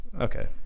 Okay